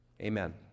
Amen